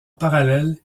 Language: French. parallèle